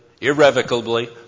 irrevocably